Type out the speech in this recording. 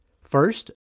First